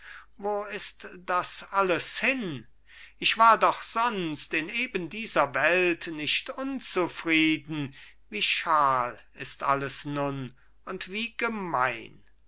wo ist das alles hin ich war doch sonst in eben dieser welt nicht unzufrieden wie schal ist alles nun und wie gemein